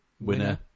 winner